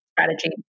strategy